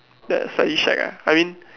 then I slightly shag ah I mean